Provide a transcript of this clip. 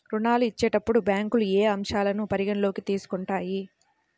ఋణాలు ఇచ్చేటప్పుడు బ్యాంకులు ఏ అంశాలను పరిగణలోకి తీసుకుంటాయి?